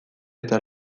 eta